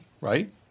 right